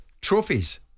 Trophies